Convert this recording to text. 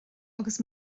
agus